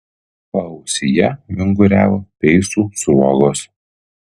paausyje vinguriavo peisų sruogos